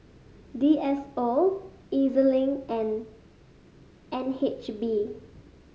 D S O E Z Link and N H B